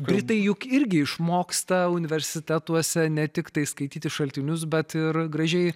britai juk irgi išmoksta universitetuose ne tiktai skaityti šaltinius bet ir gražiai